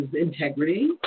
integrity